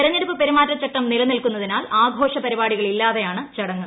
തെരഞ്ഞെടുപ്പ് പെരുമാറ്റച്ചട്ടം നിലനിൽക്കുന്നതിനാൽ ആഘോഷ പരിപാടികളില്ലാതെയാണ് ചടങ്ങ്